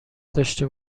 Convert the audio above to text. داشته